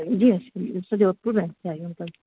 हा